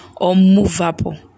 unmovable